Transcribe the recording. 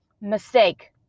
mistake